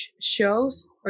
shows